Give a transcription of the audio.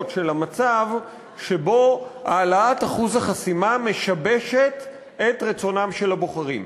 של מצב שבו העלאת אחוז החסימה משבשת את רצונם של הבוחרים.